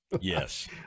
Yes